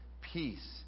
peace